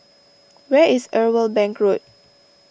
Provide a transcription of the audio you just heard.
where is Irwell Bank Road